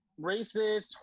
racist